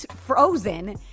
frozen